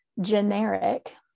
generic